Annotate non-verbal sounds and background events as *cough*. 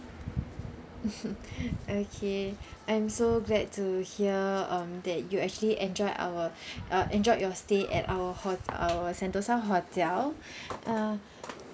*laughs* okay I'm so glad to hear um that you actually enjoy our *breath* uh enjoyed your stay at our hot~ our sentosa hotel *breath* uh